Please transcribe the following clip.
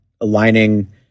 aligning